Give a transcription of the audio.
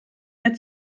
der